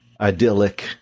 idyllic